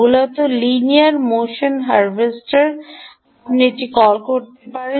মূলত linear motion harvester আপনি এটি কল করতে পারেন